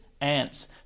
ants